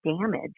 damage